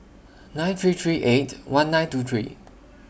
nine three three eight one nine two three